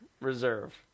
Reserve